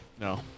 No